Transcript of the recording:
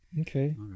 Okay